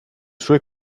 suoi